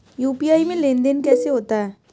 UPI में लेनदेन कैसे होता है?